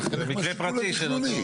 זה חלק מהשיקול התכנוני.